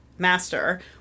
master